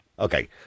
Okay